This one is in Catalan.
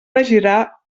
regirà